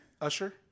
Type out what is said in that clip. Usher